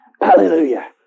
Hallelujah